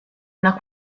una